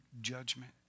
judgment